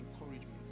encouragement